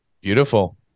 Beautiful